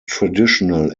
traditional